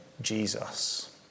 Jesus